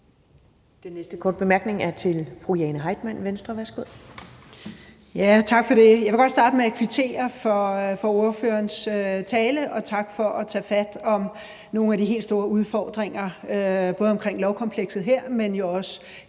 Den næste korte bemærkning er til fru Jane Heitmann, Venstre. Værsgo.